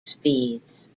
speeds